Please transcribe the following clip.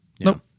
nope